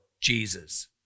Jesus